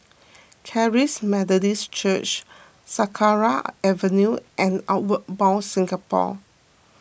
Charis Methodist Church Sakra Avenue and Outward Bound Singapore